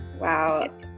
wow